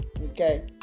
okay